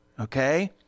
Okay